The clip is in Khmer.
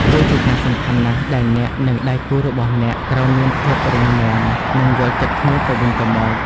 វាជាការសំខាន់ណាស់ដែលអ្នក និងដៃគូរបស់អ្នកត្រូវមានភាពរឹងមាំ និងយល់ចិត្តគ្នាទៅវិញទៅមក។